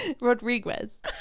Rodriguez